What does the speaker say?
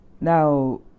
Now